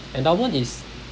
endowment is